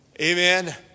Amen